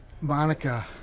Monica